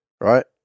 Right